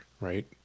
right